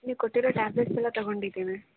ನೀವು ಕೊಟ್ಟಿರೋ ಟ್ಯಾಬ್ಲೆಟ್ಸ್ ಎಲ್ಲ ತಗೊಂಡಿದ್ದೀವಿ